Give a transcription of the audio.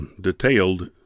detailed